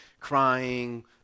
crying